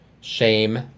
shame